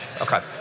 okay